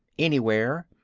anywhere,